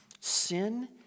sin